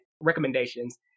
recommendations